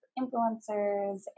influencers